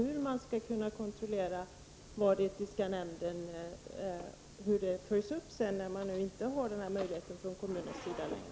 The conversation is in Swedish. Hur skall man kunna kontrollera uppföljningen av detta när man inte har denna möjlighet från kommunens sida?